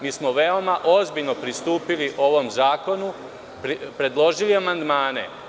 Mi smo veoma ozbiljno pristupili ovom zakonu, predložili amandmane.